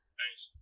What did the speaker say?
Thanks